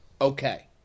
okay